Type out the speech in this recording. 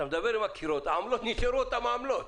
אתה מדבר עם הקירות, והעמלות נשארו אותן עמלות.